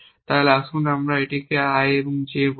তাহলে আসুন আমরা এটিকে i এবং j বলি